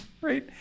right